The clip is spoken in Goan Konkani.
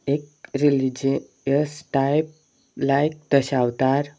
एक रिलीजस टायप लायक दशावतार